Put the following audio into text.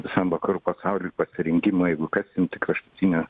visam vakarų pasauliui pasirinkimą jeigu kas imti kraštutinių